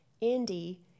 Indy